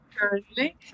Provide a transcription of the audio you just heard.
currently